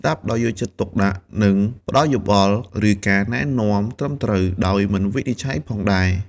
ស្ដាប់ដោយយកចិត្តទុកដាក់ និងផ្ដល់យោបល់ ឬការណែនាំត្រឹមត្រូវ ដោយមិនវិនិច្ឆ័យផងដែរ ។